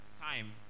time